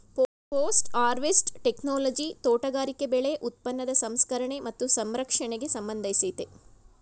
post harvest technology ತೋಟಗಾರಿಕೆ ಬೆಳೆ ಉತ್ಪನ್ನದ ಸಂಸ್ಕರಣೆ ಮತ್ತು ಸಂರಕ್ಷಣೆಗೆ ಸಂಬಂಧಿಸಯ್ತೆ